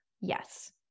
Yes